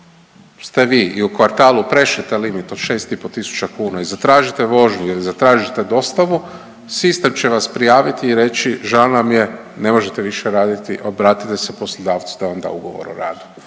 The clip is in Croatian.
ste vi i u kvartalu prešli taj limit od 6,5 tisuća kuna i zatražite vožnju ili zatražite dostavu, sistem će vas prijaviti i reći, žao nam je, ne možete više raditi, obratite se poslodavcu da vam da ugovor o radu.